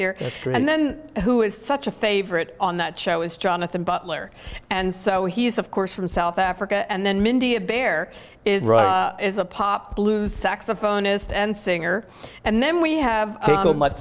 here and then who is such a favorite on that show is jonathan butler and so he is of course from south africa and then mindy of bear is right is a pop blues saxophonist and singer and then we have